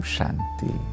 Shanti